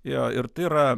jo ir tai yra